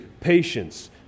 patience